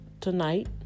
tonight